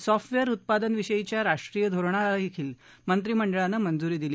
software उत्पादनविषयीच्या राष्ट्रीय धोरणाला मंत्रिमंडळानं मंजुरी दिली